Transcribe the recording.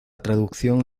traducción